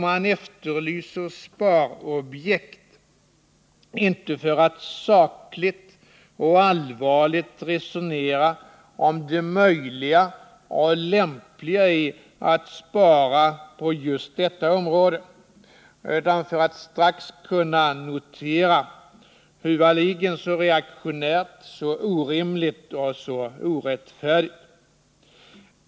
Man efterlyser sparobjekt — inte för att sakligt och allvarligt resonera om det lämpliga och möjliga i att spara just på detta område utan för att strax kunna notera: Huvaligen, så reaktionärt, så orimligt och så orättfärdigt!